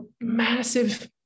massive